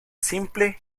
simple